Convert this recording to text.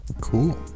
Cool